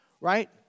right